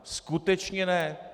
Skutečně ne.